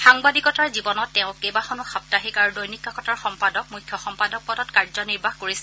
সাংবাদিকতাৰ জীৱনত তেওঁ কেইবাখনো সাপ্তাহিক আৰু দৈনিক কাকতৰ সম্পাদক মুখ্য সম্পাদক পদত কাযনিৰ্বাহ কৰিছিল